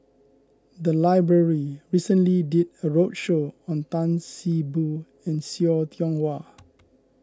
the library recently did a roadshow on Tan See Boo and See Tiong Wah